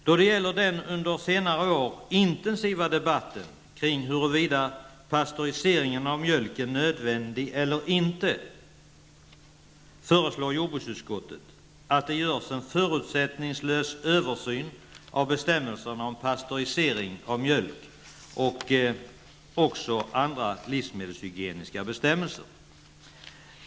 Då det gäller den under senare år intensiva debatten kring huruvida pastörisering av mjölk är nödvändig eller inte, föreslår jordbruksutskottet att det görs en förutsättningslös översyn av bestämmelserna om pastörisering av mjölk, och andra livsmedelshygieniska bestämmelser.